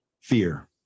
Fear